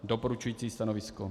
Doporučující stanovisko.